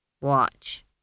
Watch